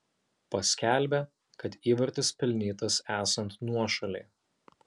paskelbė kad įvartis pelnytas esant nuošalei